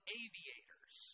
aviators